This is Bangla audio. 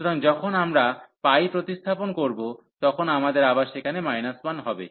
সুতরাং যখন আমরা π প্রতিস্থাপন করব তখন আমাদের আবার সেখানে 1 হবে